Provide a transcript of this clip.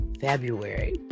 February